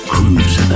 Cruise